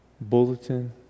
bulletin